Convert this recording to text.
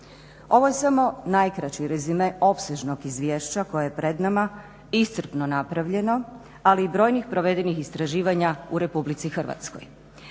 Ovo je samo najkraći rezime opsežnog izvješća koje je pred nama iscrpno napravljeno, ali i brojnih provedenih istraživanja u Republici Hrvatskoj.